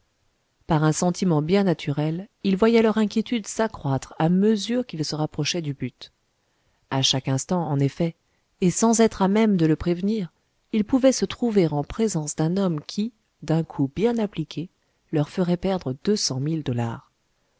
par un sentiment bien naturel ils voyaient leur inquiétude s'accroître à mesure qu'ils se rapprochaient du but a chaque instant en effet et sans être à même de le prévenir ils pouvaient se trouver en présence d'un homme qui d'un coup bien appliqué leur ferait perdre deux cent mille dollars